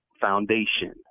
foundation